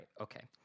Okay